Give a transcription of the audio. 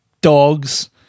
dogs